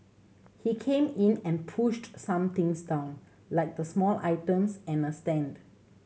he came in and pushed some things down like the small items and a stand